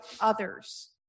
others